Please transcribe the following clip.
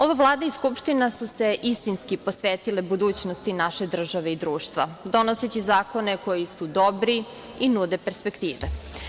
Ova Vlada i Skupština su se istinski posvetile budućnosti naše države i društva, donoseći zakone koji su dobri i nude perspektive.